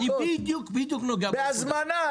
אני בדיוק בדיוק נוגע בנקודה.